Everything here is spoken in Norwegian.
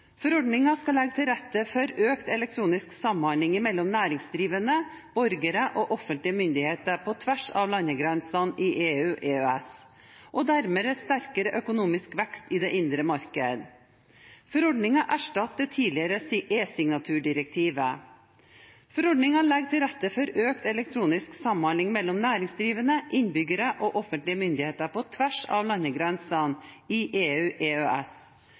Forordningen skal legge til rette for økt elektronisk samhandling mellom næringsdrivende, borgere og offentlige myndigheter på tvers av landegrensene i EU/EØS og dermed sterkere økonomisk vekst i det indre marked. Forordningen erstatter det tidligere esignaturdirektivet. Forordningen legger til rette for økt elektronisk samhandling mellom næringsdrivende, innbyggere og offentlige myndigheter på tvers av landegrensene i